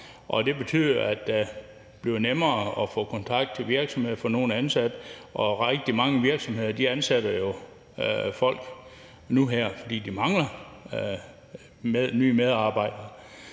det betyder, at det bliver nemmere at få kontakt til virksomhederne og få nogen ansat. Der er rigtig mange virksomheder, der ansætter folk nu her, fordi de mangler nye medarbejdere.